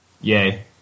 Yay